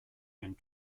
and